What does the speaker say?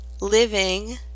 living